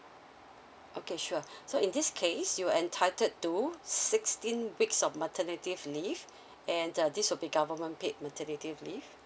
okay sure so in this case you are entitled to sixteen weeks of maternity f~ leave and uh this will be government paid maternity leave